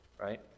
right